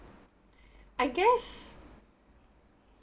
I guess